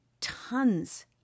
tons